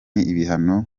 ibihano